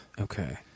Okay